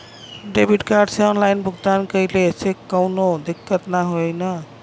Debit card से online भुगतान कइले से काउनो दिक्कत ना होई न?